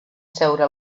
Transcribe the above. seure